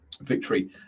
victory